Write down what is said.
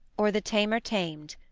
or the tamer tam'd.